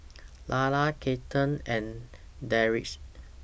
Lalla Kathlene and Deirdre